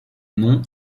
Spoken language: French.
nom